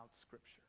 Scripture